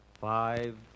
Five